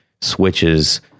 switches